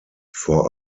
vor